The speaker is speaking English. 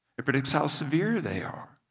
it predicts how severe they are,